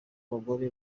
abagore